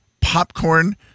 popcorn